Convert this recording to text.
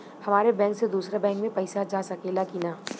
हमारे बैंक से दूसरा बैंक में पैसा जा सकेला की ना?